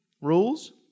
rules